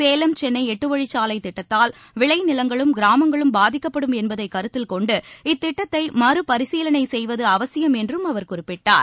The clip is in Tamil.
சேலம் சென்னை எட்டுவழிச்சாலை திட்டத்தால் விளை நிலங்களும் கிராமங்களும் பாதிக்கப்படும் என்பதைக் கருத்தில் கொண்டு இத்திட்டத்தை மறுபரிசீலனை செய்வது அவசியம் என்றும் அவர் குறிப்பிட்டார்